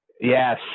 Yes